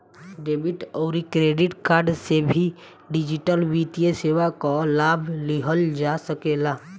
debit अउरी credit card से भी डिजिटल वित्तीय सेवा कअ लाभ लिहल जा सकेला